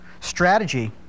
strategy